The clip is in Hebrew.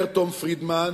אומר תום פרידמן,